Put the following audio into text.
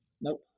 Nope